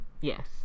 yes